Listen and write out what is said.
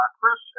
Chris